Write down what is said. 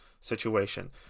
situation